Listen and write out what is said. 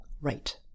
right